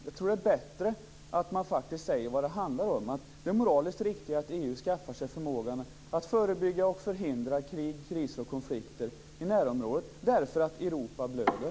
Jag tror att det är bättre att man säger vad det handlar om, att det är moraliskt riktigt att EU skaffar sig förmågan att förebygga och förhindra krig, kriser och konflikter i närområdet därför att Europa blöder.